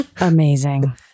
amazing